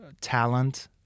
talent